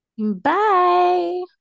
Bye